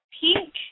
pink